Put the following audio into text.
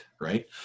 right